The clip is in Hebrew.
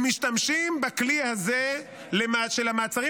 הם משתמשים בכלי הזה של המעצרים